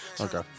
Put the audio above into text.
Okay